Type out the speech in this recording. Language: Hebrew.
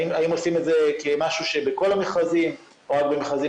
האם עושים את זה כמשהו שבכל המכרזים או רק במכרזים